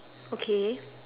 okay